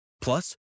Plus